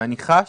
אני חש